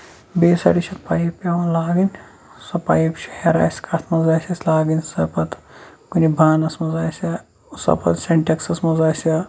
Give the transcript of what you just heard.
بیٚیہِ سایڈٕ چھِ پایِپ پیوان لاگٔنۍ سۄ پایپ چھِ ہیرٕ اَسہِ کَتھ منٛز آسہِ اسہِ الٲگِنۍ سۄ پَتہٕ کُنہِ بانَس آسہِ یا سۄ پتہٕ سِنٹیکسس منٛز آسہِ یا